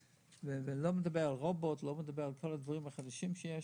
ואני לא מדבר על רובוט ועל כל הדברים החדשים שיש.